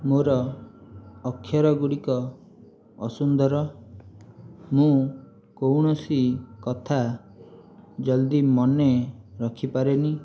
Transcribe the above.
ମୋ'ର ଅକ୍ଷର ଗୁଡ଼ିକ ଅସୁନ୍ଦର ମୁଁ କୌଣସି କଥା ଜଲଦି ମନେ ରଖି ପାରେନି